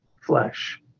flesh